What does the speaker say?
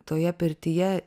toje pirtyje